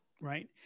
Right